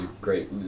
great